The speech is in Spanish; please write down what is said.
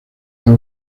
del